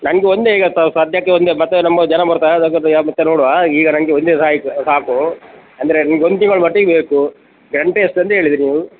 ನಂಗೆ ಒಂದೇ ಈಗ ಸಧ್ಯಕ್ಕೆ ಒಂದೇ ಮತ್ತು ನಮ್ಮ ಜನ ಬರ್ತಾರೆ ಮತ್ತು ಸ್ವಲ್ಪ ಯಾರು ಬರ್ತಾರೆ ನೋಡುವ ಈಗ ನಂಗೆ ಒಂದೇ ಸಾಕು ಸಾಕು ಅಂದರೆ ಒಂದು ತಿಂಗಳ ಮಟ್ಟಿಗೆ ಬೇಕು ಗಂಟೆ ಎಷ್ಟಂತ ಹೇಳಿದಿರಿ ನೀವು